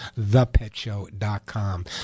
thepetshow.com